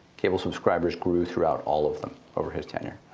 cable subscribers grew throughout all of them over his tenure.